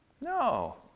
No